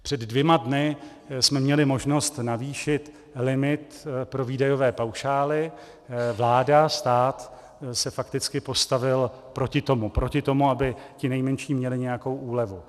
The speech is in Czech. Před dvěma dny jsme měli možnost navýšit limit pro výdajové paušály, vláda, stát se fakticky postavil proti tomu, aby ti nejmenší měli nějakou úlevu.